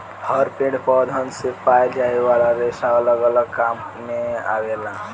हर पेड़ पौधन से पाए जाये वाला रेसा अलग अलग काम मे आवेला